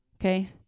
okay